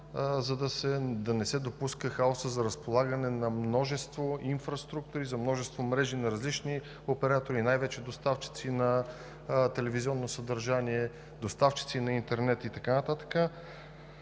за да не се допуска хаоса за разполагане на множество инфраструктури, за множество мрежи на различни оператори и най-вече доставчици на телевизионно съдържание, доставчици на интернет и така нататък.